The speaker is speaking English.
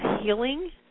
healing